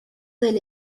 del